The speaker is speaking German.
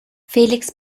felix